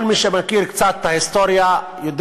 כל מי שמכיר קצת את ההיסטוריה יודע